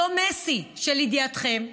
אותו מסי שלידיעתכם,